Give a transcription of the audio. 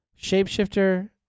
shapeshifter